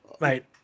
Mate